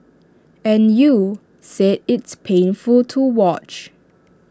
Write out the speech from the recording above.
and you said it's painful to watch